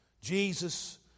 Jesus